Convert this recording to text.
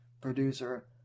producer